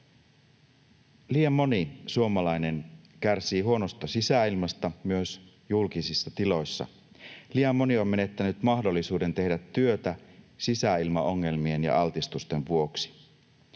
Liian moni suomalainen kärsii huonosta sisäilmasta myös julkisissa tiloissa. Liian moni on menettänyt mahdollisuuden tehdä työtä sisäilmaongelmien ja altistusten vuoksi.